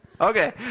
okay